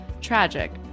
tragic